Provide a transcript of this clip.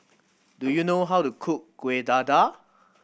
do you know how to cook Kueh Dadar